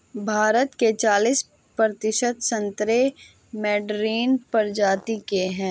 भारत के चालिस प्रतिशत संतरे मैडरीन प्रजाति के हैं